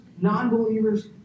non-believers